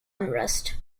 unrest